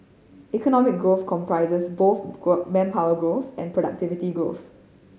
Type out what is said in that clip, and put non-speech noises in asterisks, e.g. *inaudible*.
economic growth comprises both *unintelligible* manpower growth and productivity growth